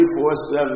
24-7